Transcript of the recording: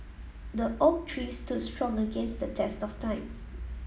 the oak tree stood strong against the test of time